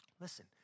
Listen